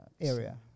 area